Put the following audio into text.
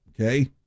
okay